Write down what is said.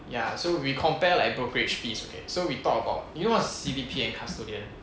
ya so we compare like brokerage fees okay so we talk about you know what's C_B_P and custodian